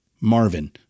Marvin